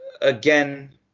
again